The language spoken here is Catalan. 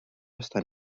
estan